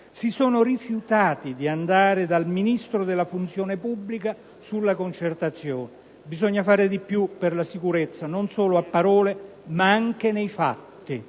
si sono rifiutati di andare dal Ministro della funzione pubblica per un incontro sulla concertazione. Bisogna fare di più per la sicurezza, non solo a parole ma anche nei fatti.